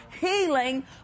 healing